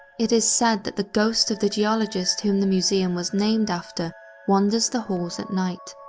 it is said that the ghost of the geologist whom the museum was named after wanders the halls at night,